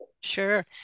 Sure